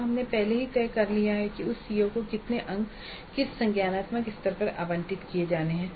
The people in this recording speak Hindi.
अब हमने पहले ही तय कर लिया है कि उस सीओ को कितने अंक किस संज्ञानात्मक स्तर पर आवंटित किए जाने हैं